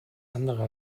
andere